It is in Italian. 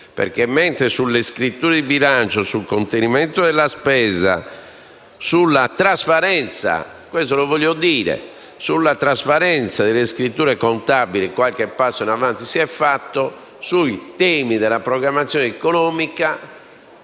mentre sulle scritture di bilancio, sul contenimento della spesa e sulla trasparenza - lo voglio dire - delle scritture contabili qualche passo in avanti è stato fatto, sui temi della programmazione economica